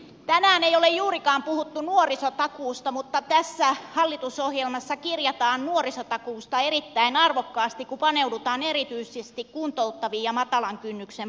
tänään ei ole juurikaan puhuttu nuorisotakuusta mutta tässä hallitusohjelmassa kirjataan nuorisotakuusta erittäin arvokkaasti kun paneudutaan erityisesti kuntouttaviin ja matalan kynnyksen palveluihin